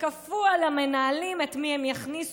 וכפו על המנהלים את מי הם יכניסו,